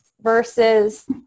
versus